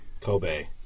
Kobe